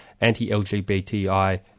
anti-LGBTI